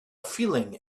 feeling